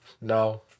No